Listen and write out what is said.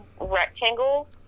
rectangle